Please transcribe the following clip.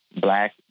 Black